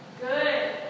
Good